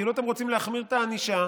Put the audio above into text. כאילו אתם רוצים להחמיר את הענישה,